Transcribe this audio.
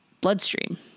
bloodstream